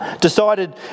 decided